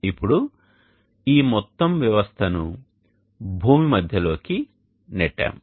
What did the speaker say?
ఇప్పుడు ఈ మొత్తం వ్యవస్థను భూమి మధ్యలోకి నెట్టాము